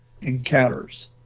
encounters